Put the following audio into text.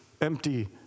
empty